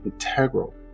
integral